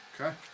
Okay